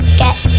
get